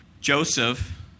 Joseph